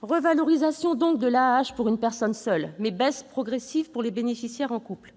revalorisation de l'AAH pour une personne seule s'accompagnera d'une baisse progressive pour les bénéficiaires en couple.